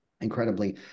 incredibly